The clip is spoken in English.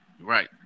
Right